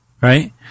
right